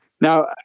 Now